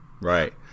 Right